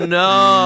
no